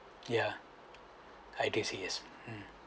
a I think is yes ah